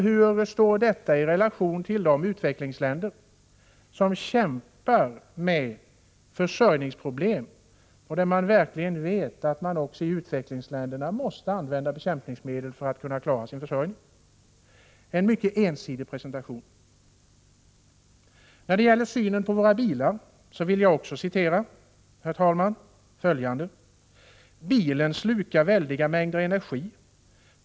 Hur står detta i relation till de utvecklingsländer som kämpar med försörjningsproblem och där man verkligen vet att man också där måste använda bekämpningsmedel för att kunna klara sin försörjning? Det är en mycket ensidig presentation. När det gäller synen på våra bilar vill jag också, herr talman, citera följande: ”Bilen slukar väldiga mängder energi.